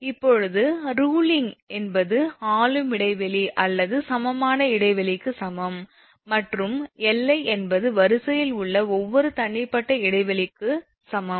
இப்போது ruling என்பது ஆளும் இடைவெளி அல்லது சமமான இடைவெளிக்கு சமம் மற்றும் 𝐿𝑖 என்பது வரிசையில் உள்ள ஒவ்வொரு தனிப்பட்ட இடைவெளிக்கும் சமம்